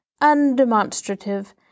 undemonstrative